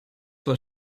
what